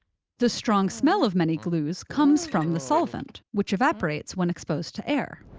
the strong smell of many glues comes from the solvent, which evaporates when exposed to air.